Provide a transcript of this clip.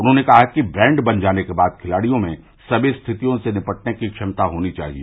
उन्होंने कहा कि प्रैड बन जाने के बाद खिलाड़ियों में सभी स्थितियों से निपटने की क्षमता होनी चाहिए